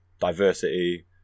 diversity